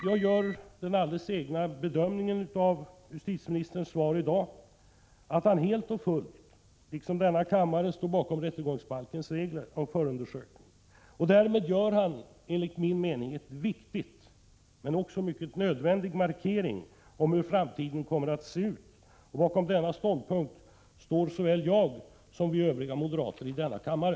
Jag gör den alldeles egna bedömningen av justitieministerns svar att han liksom denna kammare helt och fullt står bakom rättegångsbalkens regler om förundersökning. Därmed gör han enligt min mening en viktig och också mycket nödvändig markering av hur framtiden kommer att se ut. Bakom denna ståndpunkt står såväl jag som övriga moderater i denna kammare.